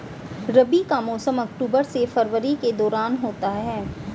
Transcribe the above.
रबी का मौसम अक्टूबर से फरवरी के दौरान होता है